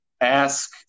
ask